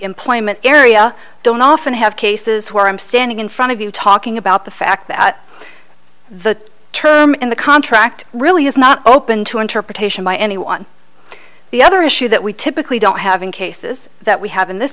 employment area don't often have cases where i'm standing in front of you talking about the fact that the term in the contract really is not open to interpretation by anyone the other issue that we typically don't have in cases that we have in this